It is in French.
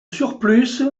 surplus